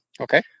Okay